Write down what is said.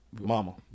Mama